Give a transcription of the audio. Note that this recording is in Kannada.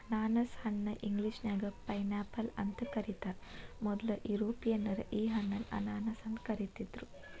ಅನಾನಸ ಹಣ್ಣ ಇಂಗ್ಲೇಷನ್ಯಾಗ ಪೈನ್ಆಪಲ್ ಅಂತ ಕರೇತಾರ, ಮೊದ್ಲ ಯುರೋಪಿಯನ್ನರ ಈ ಹಣ್ಣನ್ನ ಅನಾನಸ್ ಅಂತ ಕರಿದಿದ್ರು